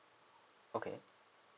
okay